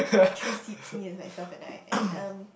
three seats me as myself and I and um